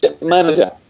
manager